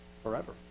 forever